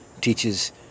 teaches